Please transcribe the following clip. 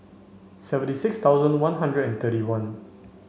seventy six thousand one hundred and thirty one